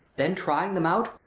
then trying them out.